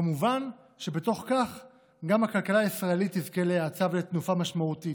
כמובן שבתוך כך גם הכלכלה הישראלית תזכה להאצה ולתנופה משמעותית.